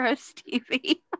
Stevie